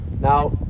Now